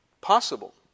Possible